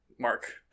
Mark